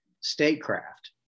statecraft